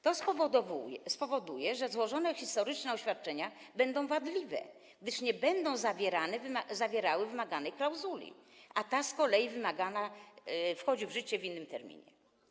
To spowoduje, że złożone historyczne oświadczenia będą wadliwe, gdyż nie będą zawierały wymaganej klauzuli, a ta z kolei - wymagana - wchodzi w życie w innym terminie.